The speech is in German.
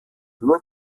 nur